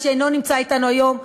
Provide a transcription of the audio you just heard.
שאינו נמצא אתנו היום,